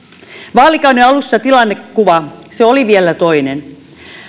vaalikauden alussa tilannekuva oli vielä toinen